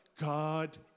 God